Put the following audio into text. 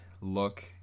look